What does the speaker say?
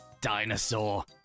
Dinosaur